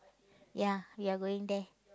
ya we are going there